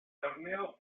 torneo